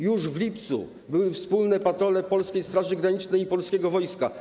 Już w lipcu były wspólne patrole polskiej Straży Granicznej i polskiego wojska.